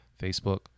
Facebook